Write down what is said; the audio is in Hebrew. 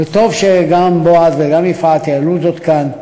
וטוב שגם בועז וגם יפעת העלו זאת כאן,